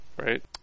right